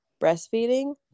breastfeeding